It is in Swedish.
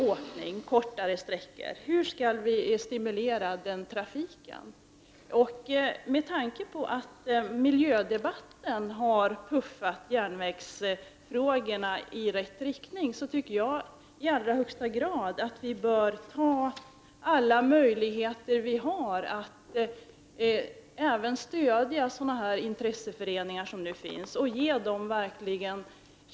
Med tanke på den miljödebatt som så att säga har puffat järnvägsfrågorna i rätt riktning tycker jag att vi i allra högsta grad bör utnyttja alla möjligheter som finns när det gäller att stödja intresseföreningar av det här slaget.